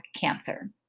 cancer